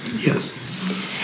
Yes